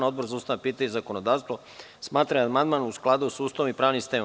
Odbor za ustavna pitanja i zakonodavstvo smatra da je amandman u skladu sa Ustavom i pravnim sistemom.